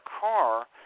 car